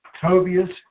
Tobias